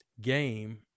game